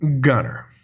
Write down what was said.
gunner